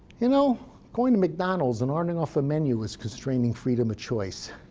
you know going to mcdonald's and ordering off a menu is constraining freedom of choice.